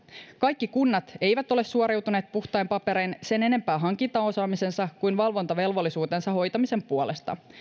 kaikki kunnat eivät ole suoriutuneet puhtain paperein sen enempää hankintaosaamisensa kuin valvontavelvollisuutensa hoitamisen puolesta